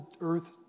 earth